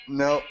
no